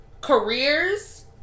careers